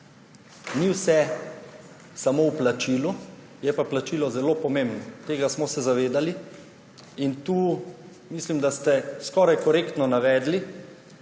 Ni vse samo v plačilu, je pa plačilo zelo pomembno. Tega smo se zavedali in tu mislim, da ste skoraj korektno navedli,